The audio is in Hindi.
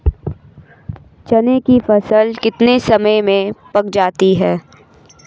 चने की फसल कितने समय में पक जाती है?